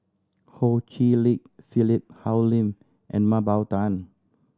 Ho Chee Lick Philip Hoalim and Mah Bow Tan